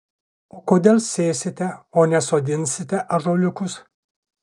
o kodėl sėsite o ne sodinsite ąžuoliukus